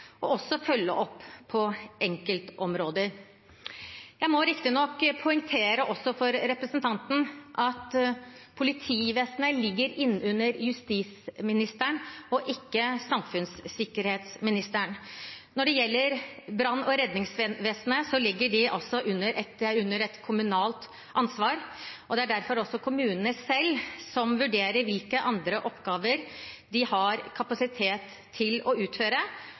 og for å følge opp på enkeltområder. Jeg må riktignok poengtere også for representanten at politivesenet ligger under justisministeren, ikke under samfunnssikkerhetsministeren. Når det gjelder brann- og redningsvesenet, ligger de under kommunalt ansvar. Det er derfor også kommunene selv som vurderer hvilke andre oppgaver de har kapasitet til å utføre,